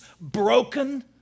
broken